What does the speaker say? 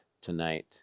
tonight